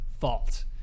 fault